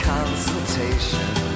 Consultation